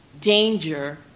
danger